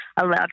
allowed